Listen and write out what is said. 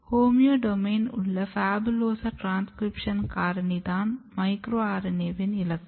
homeodomain உள்ள PHABULOSA transcription காரணி தான் மைக்ரோ RNA வின் இலக்கு